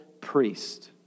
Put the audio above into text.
priest